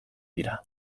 dira